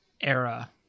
era